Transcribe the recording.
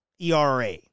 ERA